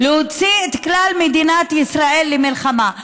להוציא את כלל מדינת ישראל למלחמה.